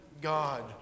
God